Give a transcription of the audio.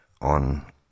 on